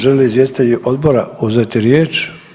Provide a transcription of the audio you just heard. Žele li izvjestitelji odbora uzeti riječ?